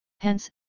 Hence